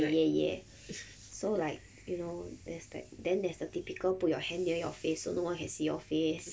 !yay! !yay! !yay! so like you know there's like then there's the typical put your hand near your face so one can see your face